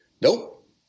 Nope